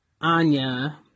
Anya